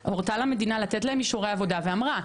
היא הורתה למדינה לתת להם אישורי עבודה ואמרה,